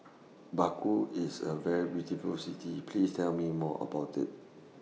Baku IS A very beautiful City Please Tell Me More about IT